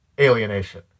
alienation